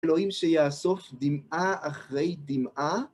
אלוהים שיאסוף דמעה אחרי דמעה.